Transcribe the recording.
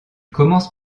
commence